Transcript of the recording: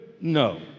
no